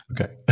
okay